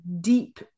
deep